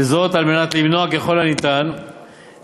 וזאת על מנת למנוע ככל הניתן התבדרות